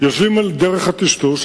יושבים על דרך הטשטוש,